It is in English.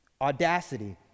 Audacity